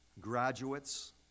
Graduates